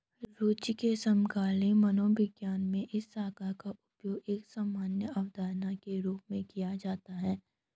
रूचि के समकालीन मनोविज्ञान में इस शब्द का उपयोग एक सामान्य अवधारणा के रूप में किया जाता है